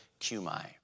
cumai